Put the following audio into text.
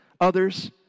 others